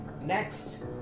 Next